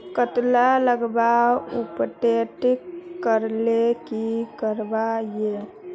कतला लगवार अपटूडेट करले की करवा ई?